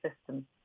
system